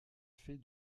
fait